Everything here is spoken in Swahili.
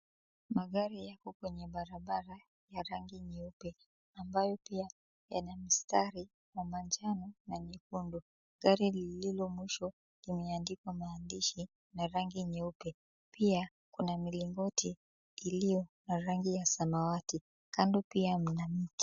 Magari yako kwenye barabara ya rangi nyeupe ambayo pia yenye mistari na majani na mekundu. Gari lililo mwisho imeandikwa mahandishi yenye rangi nyeupe. Pia kuna mlingoti iliyo na rangi ya samawati. Kando pia mna miti.